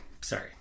sorry